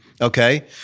Okay